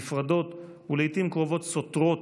נפרדות, ולעיתים קרובות סותרות,